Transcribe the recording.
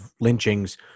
lynchings